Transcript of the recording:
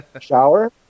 shower